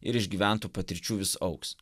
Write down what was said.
ir išgyventų patirčių vis augs